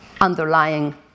underlying